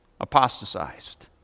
apostatized